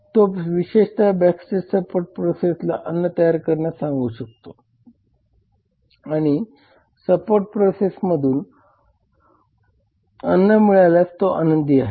तो विशेषत backstage support प्रोसेसला अन्न तयार करण्यास सांगू शकतो आणि सपोर्ट प्रोसेसमधून अन्न मिळाल्यास तो आनंदी आहे